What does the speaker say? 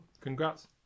Congrats